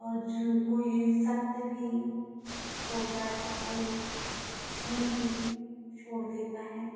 और जिन को ये शख़्स भी छोड़ता है तो कोई झूट भी छोड़ देता है